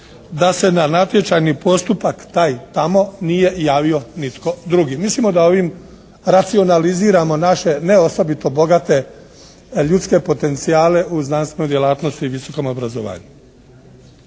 da se na natječajni postupak taj tamo nije javio nitko drugi. Mislimo da ovim racionaliziramo naše ne osobito bogate ljudske potencijale u znanstvenu djelatnost i visokom obrazovanju.